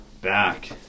back